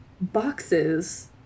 boxes